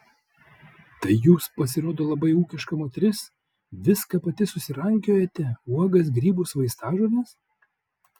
tai jūs pasirodo labai ūkiška moteris viską pati susirankiojate uogas grybus vaistažoles